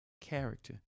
character